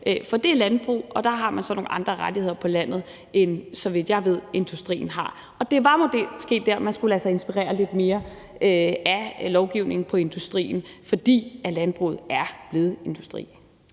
For det er landbrug, og der er der nogle andre rettigheder, end der er for industrien, så vidt jeg ved. Det var måske der, man skulle lade sig inspirere lidt mere af lovgivningen på industriens område, for landbruget er blevet en industri.